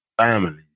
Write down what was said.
family